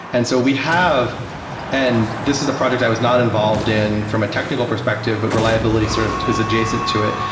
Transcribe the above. and so we have and this is a project i was not involved in from a technical perspective, but reliability sort of is adjacent to it.